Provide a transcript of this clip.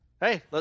hey